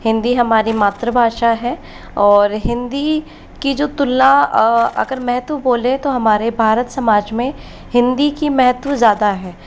हिंदी हमारी मातृभाषा है और हिंदी की जो तुलना अगर मैं तो बोलें तो हमारे भारत समाज में हिंदी की महत्व ज़्यादा है